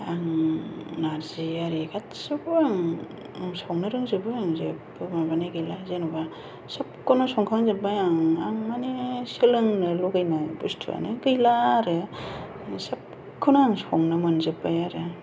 आं नारजि आरि गासैखौबो आं संनो रोंजोबो आं जेबो माबानाय गैला जेनेबा सोबखौनो संखांजोब्बाय आं माने सोलोंनो लुबैनाय बुस्थुआनो गैला आरो सोबखौनो आं संनो मोनजोब्बाय आरो